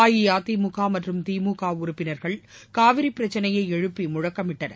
அஇஅதிமுக மற்றும் திமுக உறுப்பினர்கள் காவிரி பிரச்சினையை எழுப்பி முழக்கமிட்டனர்